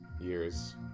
years